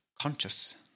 conscious